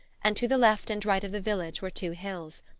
and to the left and right of the village were two hills,